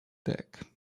deck